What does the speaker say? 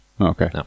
Okay